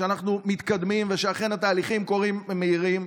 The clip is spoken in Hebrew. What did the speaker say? שאנחנו מתקדמים ושאכן התהליכים קורים ושהם מהירים.